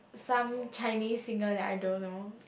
some Chinese singer that I don't know